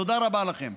תודה רבה לכם.